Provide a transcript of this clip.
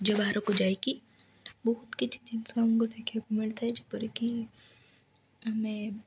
ରାଜ୍ୟ ବାହାରକୁ ଯାଇକି ବହୁତ କିଛି ଜିନିଷ ଆମକୁ ଶିଖିବାକୁ ମିଳିଥାଏ ଯେପରିକି ଆମେ